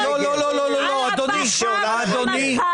אדוני,